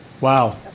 Wow